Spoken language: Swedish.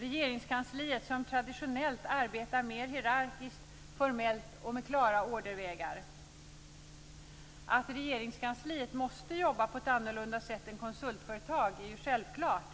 Regeringskansliet arbetar ju traditionellt mer hierarkiskt, formellt och med klara ordervägar. Att Regeringskansliet måste jobba på ett annorlunda sätt än konsultföretag är självklart